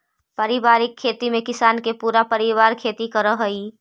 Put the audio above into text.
पारिवारिक खेती में किसान के पूरा परिवार खेती करऽ हइ